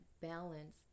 balance